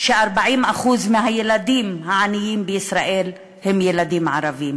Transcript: ש-40% מהילדים העניים בישראל הם ילדים ערבים?